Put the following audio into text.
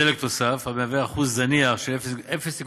דלק תוסף המהווה אחוז זניח של 0.2%